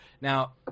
Now